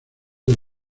del